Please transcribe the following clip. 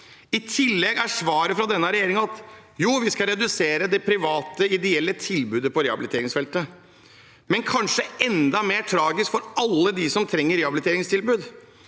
I tillegg er svaret fra denne regjeringen at de skal redusere det private ideelle tilbudet på rehabiliteringsfeltet. Kanskje enda mer tragisk for alle dem som trenger rehabiliteringstilbud,